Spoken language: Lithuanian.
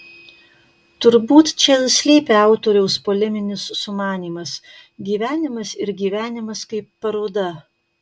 turbūt čia ir slypi autoriaus poleminis sumanymas gyvenimas ir gyvenimas kaip paroda